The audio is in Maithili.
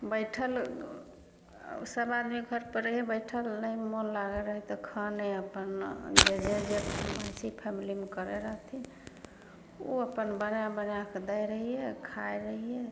बैठल सब आदमी घर पर रहियै बैठल नहि मोन लागै रहै तऽ खाने अपन जे जे जे फरमाइशी फैमलीमे करै रहथिन ओ अपन बना बना कऽ दै रहियै खाय रहियै